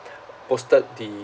posted the